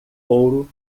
ouro